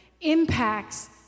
impacts